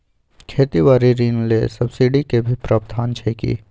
खेती बारी ऋण ले सब्सिडी के भी प्रावधान छै कि?